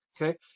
okay